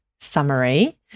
summary